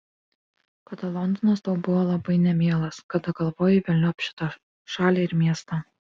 kada londonas tau buvo labai nemielas kada galvojai velniop šitą šalį ir miestą